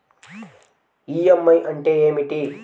EMI అంటే ఏమిటి?